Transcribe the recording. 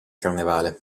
carnevale